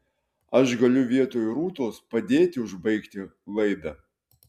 aš galiu vietoj rūtos padėti užbaigti laidą